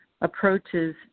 approaches